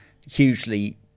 hugely